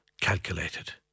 calculated